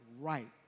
right